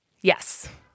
Yes